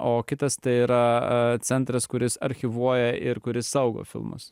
o kitas tai yra a centras kuris archyvuoja ir kuris saugo filmus